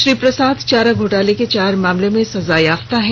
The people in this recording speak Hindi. श्री प्रसाद चारा घोटाला के चार मामले में सजायाफ्ता हैं